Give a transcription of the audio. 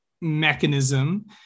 mechanism